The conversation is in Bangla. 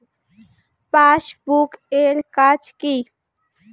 পাশবুক এর কাজ কি?